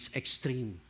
extreme